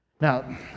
Now